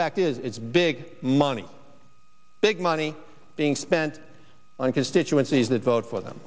fact is it's big money big money being spent on constituencies that vote for them